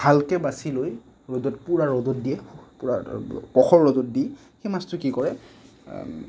ভালকে বাছি লৈ ৰ'দত পূৰা ৰ'দত দিয়ে প্ৰখৰ ৰ'দত দি সেই মাছটো কি কৰে